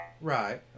right